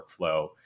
workflow